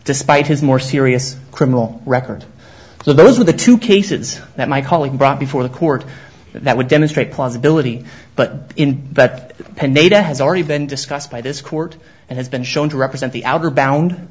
despite his more serious criminal record so those are the two cases that my colleague brought before the court that would demonstrate plausibility but in that pen naida has already been discussed by this court and has been shown to represent the outer bound